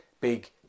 big